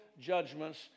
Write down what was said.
judgments